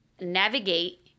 navigate